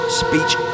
speech